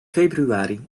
februari